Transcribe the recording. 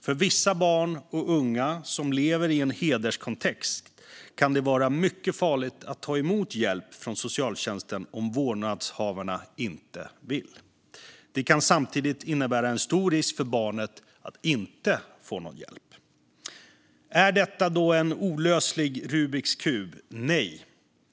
För vissa barn och unga som lever i en hederskontext kan det vara mycket farligt att ta emot hjälp från socialtjänsten om vårdnadshavarna inte vill. Men det kan samtidigt innebära en stor risk för barnet att inte få hjälp. Är detta en olöslig Rubiks kub? Nej.